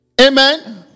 Amen